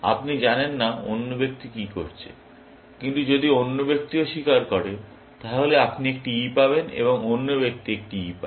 আপনি জানেন না অন্য ব্যক্তি কি করছে কিন্তু যদি অন্য ব্যক্তিও স্বীকার করে তাহলে আপনি একটি E পাবেন এবং অন্য ব্যক্তি একটি E পায়